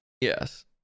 yes